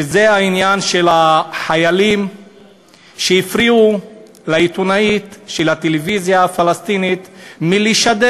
וזה העניין של החיילים שהפריעו לעיתונאית של הטלוויזיה הפלסטינית לשדר.